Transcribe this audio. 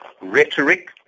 rhetoric